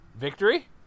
Victory